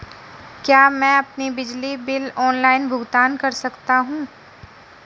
क्या मैं अपना बिजली बिल ऑनलाइन भुगतान कर सकता हूँ?